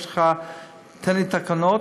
תן לי תקנות.